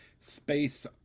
space